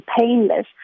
painless